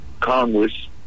Congress